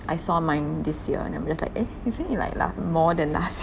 I saw mine this year and I'm just like eh isn't it like like more than last